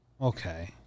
Okay